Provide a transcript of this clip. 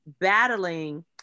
battling